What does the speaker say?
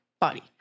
body